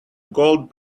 gold